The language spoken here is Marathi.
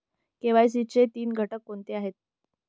के.वाय.सी चे तीन घटक कोणते आहेत?